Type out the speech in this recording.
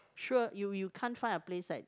sure you you can't find a place that